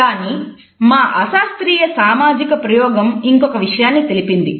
కానీ మా అశాస్త్రీయ సామాజిక ప్రయోగం ఇంకొక విషయాన్ని తెలిపింది